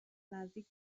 نزدیک